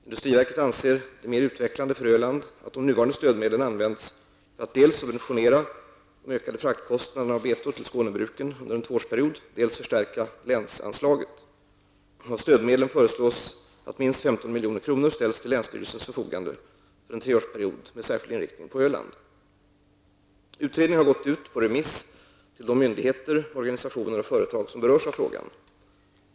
Industriverket anser det mer utvecklande för Öland att de nuvarande stödmedlen används för att dels subventionera de ökade fraktkostnaderna av betor till Skånebruken under en tvåårsperiod, dels förstärka länsanslaget. Av stödmedlen föreslås att minst 15 milj.kr. ställs till länsstyrelsens förfogande för en treårsperiod med särskild inriktning på Öland. Utredningen har gått ut på remiss till de myndigheter, organisationer och företag som berörs av frågan.